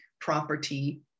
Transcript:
property